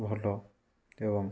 ଭଲ ଏବଂ